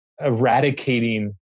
eradicating